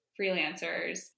freelancers